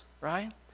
right